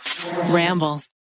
Ramble